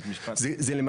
דבר